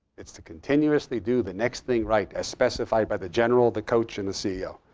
it's to continuously do the next thing right as specified by the general, the coach, and the ceo.